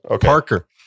Parker